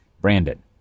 Brandon